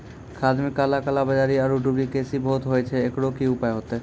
खाद मे काला कालाबाजारी आरु डुप्लीकेसी बहुत होय छैय, एकरो की उपाय होते?